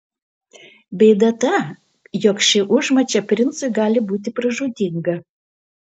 bėda ta jog ši užmačia princui gali būti pražūtinga